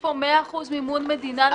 יש פה 100% מימון מדינה למשטח,